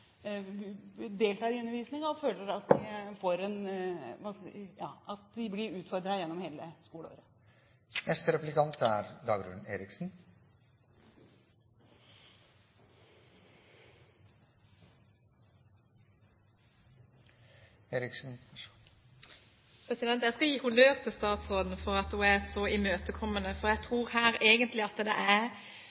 deltar i undervisningen og at de blir utfordret gjennom hele skoleåret. Jeg skal gi honnør til statsråden for at hun er så imøtekommende. For jeg tror at det her egentlig har vært noen praktiske utfordringer som har ligget til grunn for at man ikke har fått til dette. Og jeg synes det er